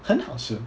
很好吃